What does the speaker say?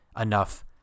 enough